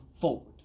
forward